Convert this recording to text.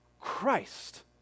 Christ